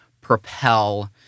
propel